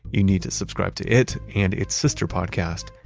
you need to subscribe to it and its sister podcast,